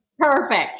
Perfect